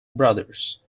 brothers